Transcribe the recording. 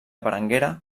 berenguera